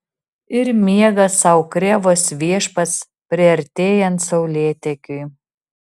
ir miega sau krėvos viešpats priartėjant saulėtekiui